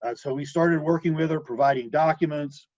and so we started working with her, providing documents,